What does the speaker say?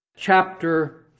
chapter